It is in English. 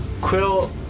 Quill